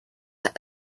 that